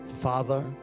Father